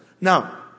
Now